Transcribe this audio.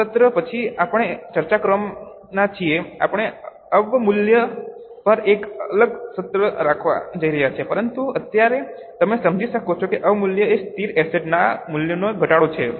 આ સત્ર પછી આપણે ચર્ચા કરવાના છીએ આપણે અવમૂલ્યન પર એક અલગ સત્ર રાખવા જઈ રહ્યા છીએ પરંતુ અત્યારે તમે સમજી શકો છો કે અવમૂલ્યન એ સ્થિર એસેટ ના મૂલ્યમાં ઘટાડો છે